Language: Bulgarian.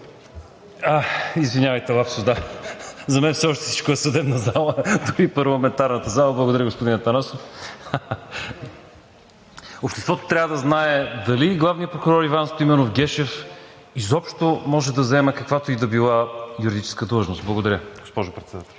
Извинявайте, лапсус, да, за мен все още всичко е съдебна зала, дори и парламентарната зала. Благодаря, господин Атанасов. Обществото трябва да знае дали главният прокурор Иван Стоименов Гешев изобщо може да заеме каквато и да била юридическа длъжност. Благодаря, госпожо Председател.